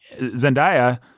Zendaya